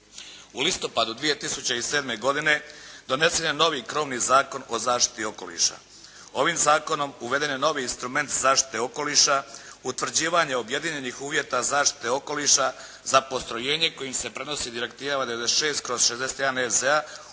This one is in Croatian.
U listopadu 2007. godine, donesen je novi krovni Zakon o zaštiti okoliša. Ovim zakonom uveden je novi instrument zaštite okoliša utvrđivanje objedinjenih uvjeta zaštite okoliša za postrojenje kojim se prenosi direktivama 96/91 E.Z.-a